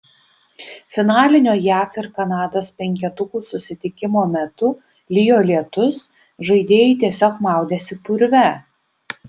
finalinio jav ir kanados penketukų susitikimo metu lijo lietus žaidėjai tiesiog maudėsi purve